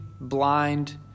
blind